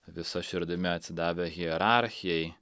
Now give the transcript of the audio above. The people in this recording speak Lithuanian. visa širdimi atsidavę hierarchijai